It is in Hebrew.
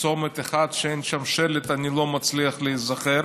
בצומת אחד שאין שם שלט, אני לא מצליח להיזכר.